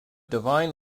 divine